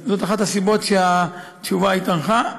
זאת אחת הסיבות שהתשובה התארכה.